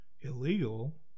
illegal